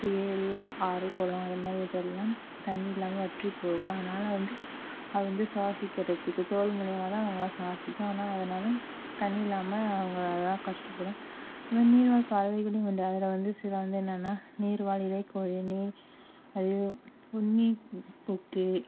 ஏரி ஆறு குளம் அதுமாதிரி இருக்குறதுலாம் தண்ணீர் இல்லாமல் வற்றி போகும் அதனால் வந்து அது வந்து சுவாசிக்கிறதுக்கு தோல் மூலியமாகதான் அதுங்களாம் சுவாசிக்கும் ஆனால் அதனால தண்ணீர் இல்லாமல் அதுங்களாம் கஷ்டப்படும் நீர் வாழ் பறவைகளும் உண்டு அதில் வந்து சில வந்து என்னென்னா நீர் வாழ் இலைக்கோழி உண்ணி கொக்கு